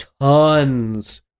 tons